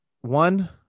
one